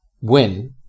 win